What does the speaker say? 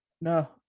No